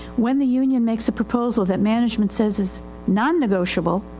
when the union makes a proposal that management says is non-negotiable,